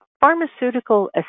pharmaceutical